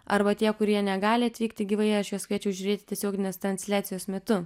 arba tie kurie negali atvykti gyvai aš juos kviečiau žiūrėti tiesioginės transliacijos metu